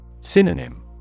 Synonym